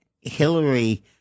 Hillary